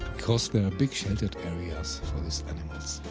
because there are big sheltered areas for these animals.